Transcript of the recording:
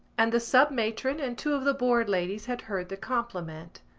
and the sub-matron and two of the board ladies had heard the compliment.